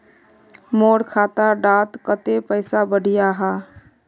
मोर खाता डात कत्ते पैसा बढ़ियाहा?